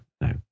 no